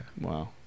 Wow